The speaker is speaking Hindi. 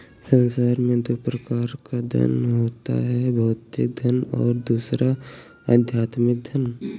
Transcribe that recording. संसार में दो प्रकार का धन होता है भौतिक धन और दूसरा आध्यात्मिक धन